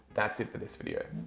that's it for this video.